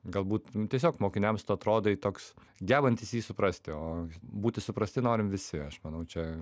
galbūt tiesiog mokiniams tu atrodai toks gebantis jį suprasti o būti suprasti norim visi aš manau čia